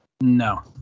No